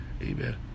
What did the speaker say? Amen